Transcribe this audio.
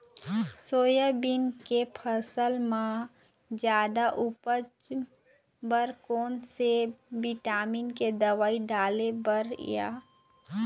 Soybean के फसल म जादा उपज बर कोन से विटामिन के दवई डाले बर ये?